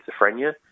schizophrenia